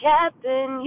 Captain